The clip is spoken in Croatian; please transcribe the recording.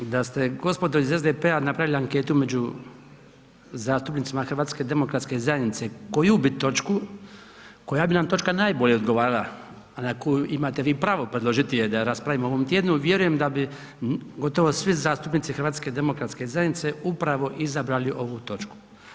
Da ste gospodo iz SDP-a napravili anketu među zastupnicima HDZ-a koju bi točku, koja bi nam točka najbolje odgovarala, a na koju imate vi pravo predložiti je da raspravimo u ovom tjednu, vjerujem da bi gotovi svi zastupnici HDZ upravo izabrali ovu točku.